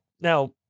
Now